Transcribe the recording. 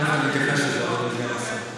תכף אני אתייחס לזה.